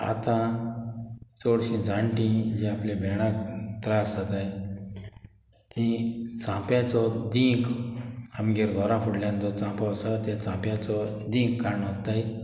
आतां चडशीं जाणटीं जी आपली भेणाक त्रास जाताय ती चांप्याचो दीख आमगेर घरा फुडल्यान जो चांपो आसा त्या चांप्याचो दीख काणताय